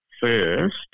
first